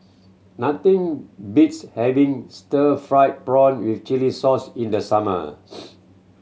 nothing beats having stir fried prawn with chili sauce in the summer